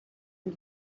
und